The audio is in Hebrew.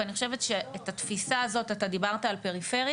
ואני חושבת שאת התפיסה הזאת אתה דיברת על פריפריה